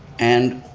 and,